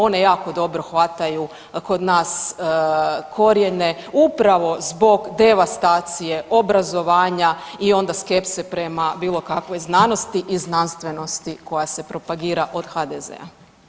One jako dobro hvataju kod nas korijene upravo zbog devastacije obrazovanja i onda skepse prema bilo kakvoj znanosti i znanstvenosti koja se propagira od HDZ-a.